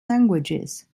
languages